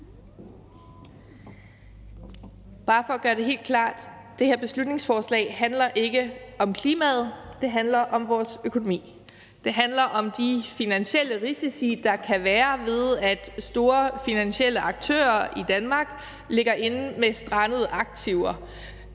Bare for at gøre det helt klart: Det her beslutningsforslag handler ikke om klimaet; det handler om vores økonomi. Det handler om de finansielle risici, der kan være ved, at store finansielle aktører i Danmark ligger inde med strandede aktiver.